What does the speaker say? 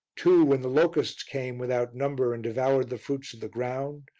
two when the locusts came without number and devoured the fruits of the ground,